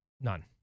None